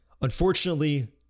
Unfortunately